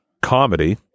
comedy